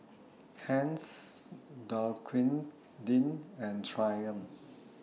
Heinz Dequadin and Triumph